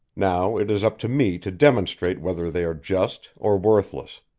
now it is up to me to demonstrate whether they are just or worthless.